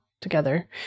together